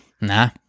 Nah